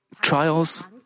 trials